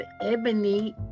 Ebony